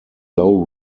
low